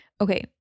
Okay